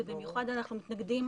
ובמיוחד אנחנו מתנגדים